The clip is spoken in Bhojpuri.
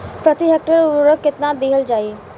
प्रति हेक्टेयर उर्वरक केतना दिहल जाई?